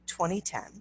2010